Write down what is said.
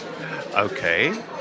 Okay